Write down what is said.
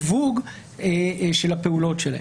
והסיווג של הפעולות שלהן.